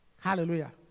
Hallelujah